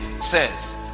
says